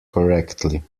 correctly